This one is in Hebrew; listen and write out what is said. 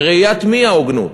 בראיית מי ההוגנות?